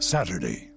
Saturday